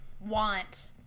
want